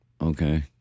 Okay